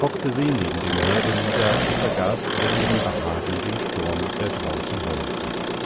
hockte sie neben dem herde nieder und vergaß über ihrem behagen den sturm der draußen heulte